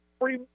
free